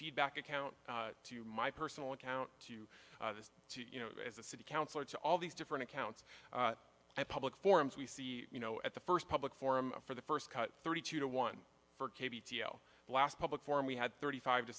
feedback account to my personal account to this to you know as a city councilor to all these different accounts at public forums we see you know at the first public forum for the first cut thirty two to one for k t o last public forum we had thirty five to